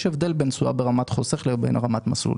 יש הבדל בין תשואה ברמת חוסך לבין רמת מסלול.